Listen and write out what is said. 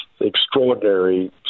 extraordinary